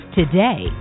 today